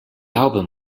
album